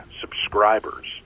subscribers